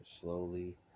slowly